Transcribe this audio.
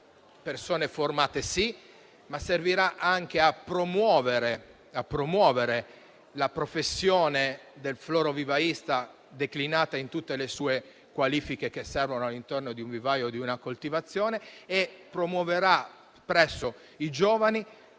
persone formate sì, ma servirà anche a promuovere la professione del florovivaista, declinata in tutte le qualifiche che servono all'intorno di un vivaio e di una coltivazione. Promuoverà presso i giovani